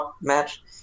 match